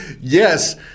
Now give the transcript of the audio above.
yes